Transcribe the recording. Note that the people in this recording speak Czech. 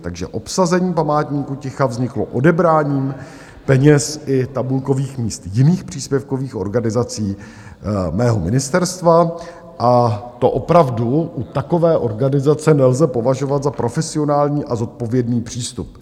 Takže obsazení Památníku ticha vzniklo odebráním peněz i tabulkových míst jiných příspěvkových organizací mého ministerstva a to opravdu u takové organizace nelze považovat za profesionální a zodpovědný přístup.